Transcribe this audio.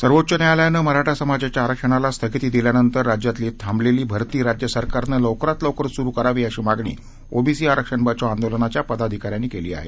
सर्वोच्च न्यायालयानं मराठा समाजाच्या आरक्षणाला स्थगिती दिल्यानंतर राज्यातली थांबवलेली भर्ती राज्य शासनानं लवकरात लवकर सुरू करावी अशी मागणी ओबीसी आरक्षण बचाव आंदोलनाच्या पदाधिकाऱ्यांनी केली आहे